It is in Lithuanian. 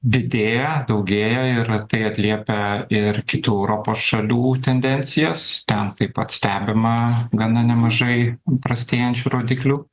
didėja daugėja ir tai atliepia ir kitų europos šalių tendencijas ten taip pat stebima gana nemažai prastėjančių rodiklių